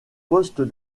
poste